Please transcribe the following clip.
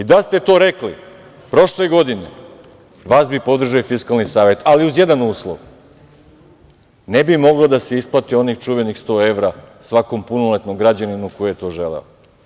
Da ste to rekli prošle godine, vas bi podržao i Fiskalni savet, ali uz jedan uslov, ne bi moglo da se isplati onih čuvenih 100 evra svakom punoletnom građaninu koji je to želeo.